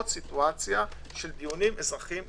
סיטואציה של דיונים אזרחיים בלתי-נגמרים,